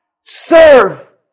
serve